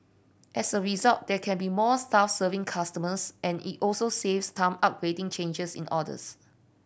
as a result there can be more staff serving customers and it also saves time updating changes in orders